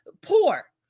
poor